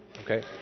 okay